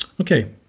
Okay